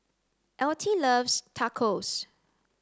Altie loves Tacos